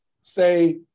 say